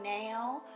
now